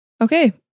Okay